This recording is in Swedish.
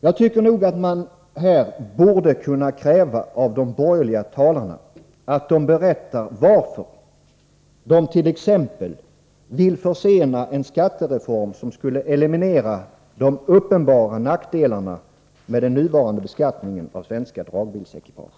Jag tycker nog att man borde kunna kräva av de borgerliga talarna här i dag, att de berättar varför de t.ex. vill försena en skattereform som skulle eliminera de uppenbara nackdelarna med den nuvarande beskattningen av svenska dragbilsekipage.